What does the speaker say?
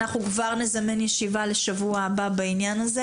אנחנו כבר נזמן ישיבה לשבוע הבא בעניין הזה